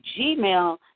Gmail